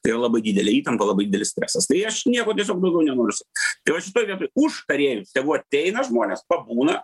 tai yra labai didelė įtampa labai didelis stresas tai aš nieko tiesiog daugiau nenoriu sakyt tai va šitoj vietoj už tarėjus tegu ateina žmonės pabūna